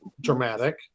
dramatic